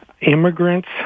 immigrants